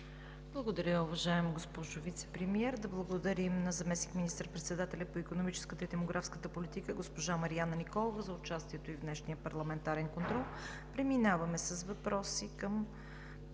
Благодаря, уважаема госпожо Вицепремиер. Да благодарим на заместник министър-председателя по икономическата и демографската политика госпожа Марияна Николова за участието й в днешния парламентарен контрол. Преминаваме към въпроси към